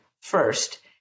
first